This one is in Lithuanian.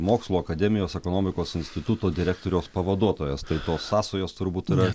mokslų akademijos ekonomikos instituto direktoriaus pavaduotojas tai tos sąsajos turbūt yra